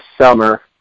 summer